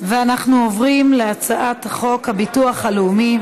עוברים להצעת חוק הביטוח הלאומי.